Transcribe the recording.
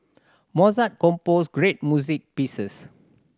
Mozart composed great music pieces